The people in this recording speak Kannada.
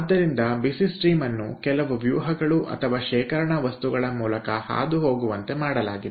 ಆದ್ದರಿಂದ ಬಿಸಿ ಹರಿವನ್ನು ಕೆಲವು ವ್ಯೂಹಗಳು ಅಥವಾ ಶೇಖರಣಾ ವಸ್ತುಗಳ ಮೂಲಕ ಹಾದುಹೋಗುವಂತೆ ಮಾಡಲಾಗಿದೆ